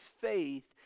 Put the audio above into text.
faith